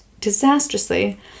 disastrously